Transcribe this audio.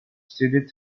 studied